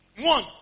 One